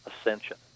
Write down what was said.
ascension